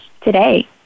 today